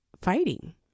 fighting